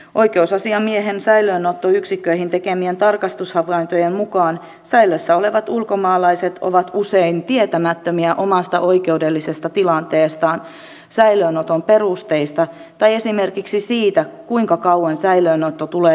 oikeusasiamiehen säilöönottoyksikköihin tekemien tarkastushavaintojen mukaan säilössä olevat ulkomaalaiset ovat usein tietämättömiä omasta oikeudellisesta tilanteestaan säilöönoton perusteista tai esimerkiksi siitä kuinka kauan säilöönotto tulee jatkumaan